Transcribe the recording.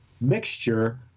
mixture